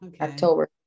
October